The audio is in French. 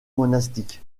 monastique